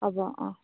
হ'ব অঁ